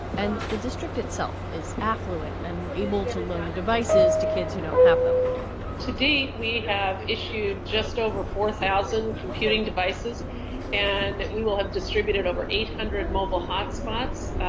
and the district itself is affluent and able to loan devices to kids who don't have them to date, we have issued just over four thousand computing devices and we will have distributed over eight hundred mobile hotspots.